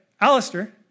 Alistair